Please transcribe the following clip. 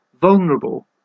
vulnerable